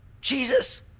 Jesus